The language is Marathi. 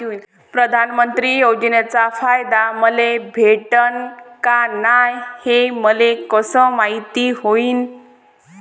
प्रधानमंत्री योजनेचा फायदा मले भेटनं का नाय, हे मले कस मायती होईन?